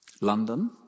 London